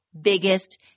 biggest